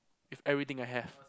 if everything I have